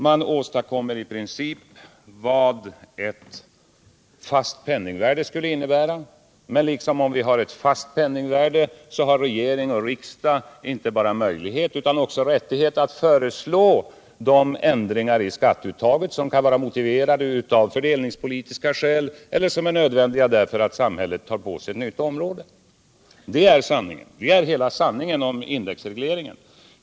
Man åstadkommer i princip vad ett fast penningvärde skulle innebära. Men liksom om vi hade ett fast penningvärde har regering och riksdag inte bara möjlighet utan också rättighet att föreslå de ändringar i skatteuttaget som kan vara motiverade av fördelningspolitiska skäl eller som är nödvändiga därför att samhället tar på sig ansvaret för ett nytt område. Det är hela sanningen om indexregleringen.